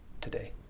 today